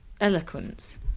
eloquence